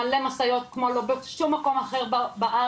מלא משאיות כמו שלא עוברים בשום מקום אחר בארץ,